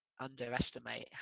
underestimate